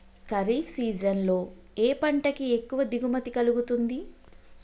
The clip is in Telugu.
ఖరీఫ్ సీజన్ లో ఏ పంట కి ఎక్కువ దిగుమతి కలుగుతుంది?